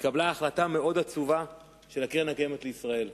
התקבלה החלטה מאוד עצובה של קרן קיימת לישראל.